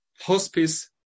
hospice